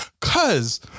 cause